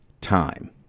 time